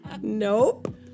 Nope